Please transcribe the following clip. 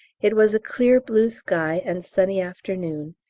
it was a clear blue sky and sunny afternoon,